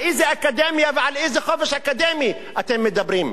על איזה חופש אקדמיה ועל איזה חופש אקדמי אתם מדברים?